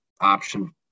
option